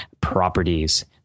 properties